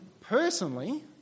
personally